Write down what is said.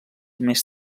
més